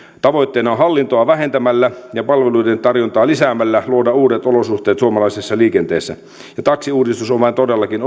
tavoitteena on hallintoa vähentämällä ja palveluiden tarjontaa lisäämällä luoda uudet olosuhteet suomalaisessa liikenteessä ja taksiuudistus on todellakin